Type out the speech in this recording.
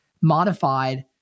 modified